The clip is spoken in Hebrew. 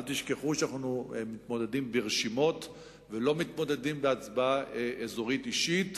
אל תשכחו שאנחנו מתמודדים ברשימות ולא מתמודדים בהצבעה אזורית אישית,